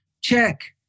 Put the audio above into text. check